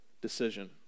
decision